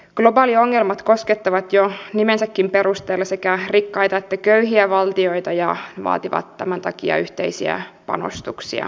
globaaliongelmat koskettavat jo nimensäkin perusteella sekä rikkaita että köyhiä valtioita ja vaativat tämän takia yhteisiä panostuksia